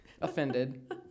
offended